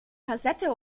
kassette